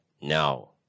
Now